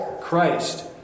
Christ